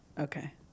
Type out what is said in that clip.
Okay